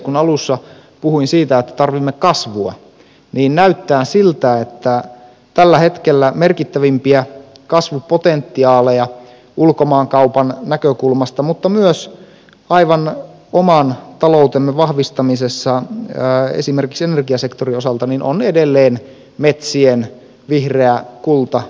kun alussa puhuin siitä että tarvitsemme kasvua niin näyttää siltä että tällä hetkellä merkittävimpiä kasvupotentiaaleja ulkomaankaupan näkökulmasta mutta myös aivan oman taloutemme vahvistamisessa esimerkiksi energiasektorin osalta on edelleen metsien vihreä kulta